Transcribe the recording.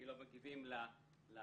לא מגיב להתייחסות,